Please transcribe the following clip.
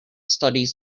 studies